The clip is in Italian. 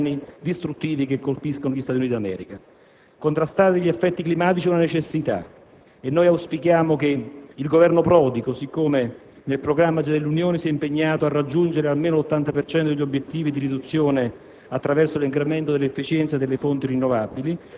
alle mortali ondate di calore che colpiscono l'Europa, agli uragani distruttivi che colpiscono gli Stati Uniti d'America. Contrastare gli effetti climatici è una necessità e noi auspichiamo che il Governo Prodi, così come già nel programma dell'Unione, si è impegnato a raggiungere almeno l'80 per cento degli obiettivi di riduzione